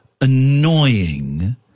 annoying